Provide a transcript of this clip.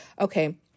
okay